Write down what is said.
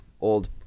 old